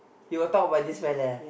he will talk about this fella